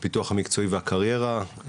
הפיתוח המקצועי והקריירה,